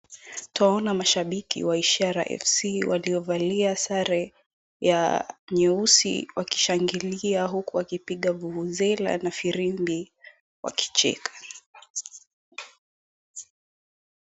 Tunaona mashabiki wa Ishara FC waliovalia sare ya nyeusi wakishangilia huku wakipiga vuvuzela na filimbi wakicheka.